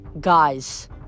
guys